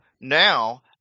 now